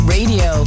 Radio